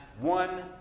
one